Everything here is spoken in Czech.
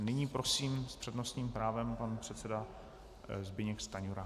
Nyní prosím s přednostním právem pan předseda Zbyněk Stanjura.